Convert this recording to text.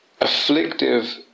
afflictive